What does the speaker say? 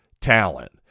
talent